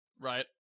right